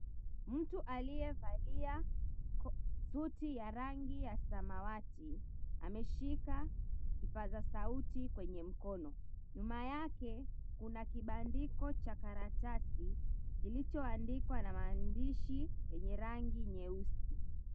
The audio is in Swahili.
Mtu aliyevalia suti ya rangi ya samawati ameshika kipaza sauti kwenye mkono. Nyuma yake kuna kibandiko cha karatasi kilichoandikwa na maandishi yenye rangi nyeusi.